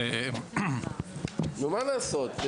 נו מה לעשות?